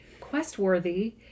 quest-worthy